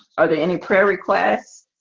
are there any prayer requests